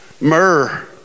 Myrrh